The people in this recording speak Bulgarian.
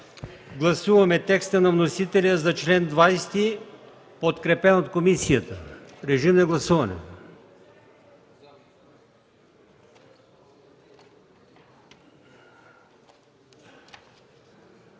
Гласуваме текста на вносителя за чл. 51, подкрепен от комисията. Режим на гласуване.